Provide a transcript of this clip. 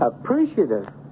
Appreciative